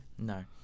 No